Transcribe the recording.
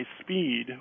speed